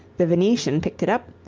the venetian picked it up,